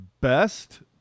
best